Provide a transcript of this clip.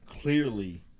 clearly